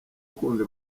ukunze